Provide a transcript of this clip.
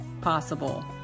possible